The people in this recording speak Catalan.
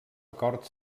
acord